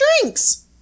drinks